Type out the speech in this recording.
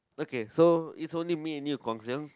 okay so is only me and you Guang-Xiang